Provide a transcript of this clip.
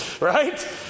Right